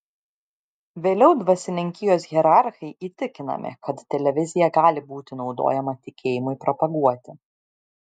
vėliau dvasininkijos hierarchai įtikinami kad televizija gali būti naudojama tikėjimui propaguoti